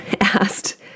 asked